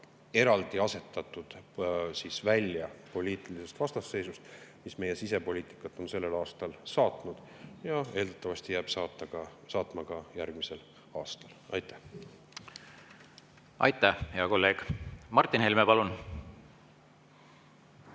ja asetatud välja poliitilisest vastasseisust, mis meie sisepoliitikat on sellel aastal saatnud ja eeldatavasti jääb saatma ka järgmisel aastal. Aitäh! Aitäh, hea kolleeg! Martin Helme, palun!